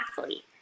athlete